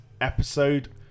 episode